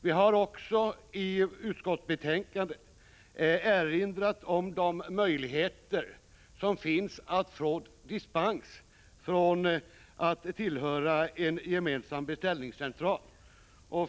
Vi har också i utskottsbetänkandet erinrat om de möjligheter som finns att få dispens från att tillhöra en gemensam beställningscentral.